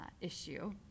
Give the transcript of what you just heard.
issue